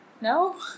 No